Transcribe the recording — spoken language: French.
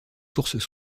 sources